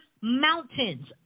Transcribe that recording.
mountains